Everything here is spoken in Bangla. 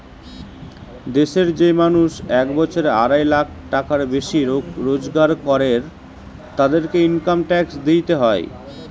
দেশের যেই মানুষ এক বছরে আড়াই লাখ টাকার বেশি রোজগার করের, তাদেরকে ইনকাম ট্যাক্স দিইতে হয়